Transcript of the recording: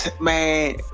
Man